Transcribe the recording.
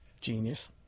genius